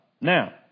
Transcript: Now